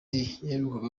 yaherukaga